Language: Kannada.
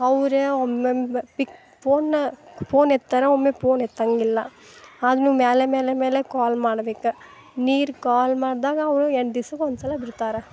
ಅವರೇ ಒಮ್ಮೊಮ್ಮೆ ಪಿಕ್ ಫೋನ್ನಾ ಪೋನ್ ಎತ್ತಾರ ಒಮ್ಮೆ ಪೋನ್ ಎತ್ತಂಗಿಲ್ಲ ಆದ್ರು ಮ್ಯಾಲೆ ಮ್ಯಾಲೆ ಮ್ಯಾಲೆ ಕಾಲ್ ಮಾಡ್ಬೇಕು ನೀರು ಕಾಲ್ ಮಾಡಿದಾಗ ಅವರು ಎಂಟು ದಿಸಕೊಂದ್ಸಲ ಬಿಡ್ತಾರೆ